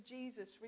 Jesus